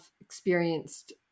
experienced